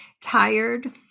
tired